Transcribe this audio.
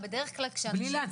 זה מרגיע את האווירה,